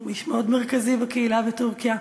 יש עוד מרכזים בקהילה בטורקיה,